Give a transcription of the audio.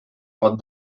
pot